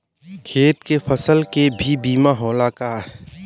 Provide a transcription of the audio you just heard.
खेत के फसल के भी बीमा होला का?